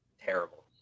terrible